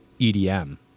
EDM